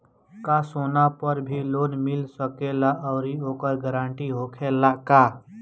का सोना पर भी लोन मिल सकेला आउरी ओकर गारेंटी होखेला का?